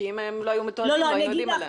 כי אם הם לא היו מתועדים לא היינו יודעים עליהם.